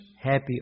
happy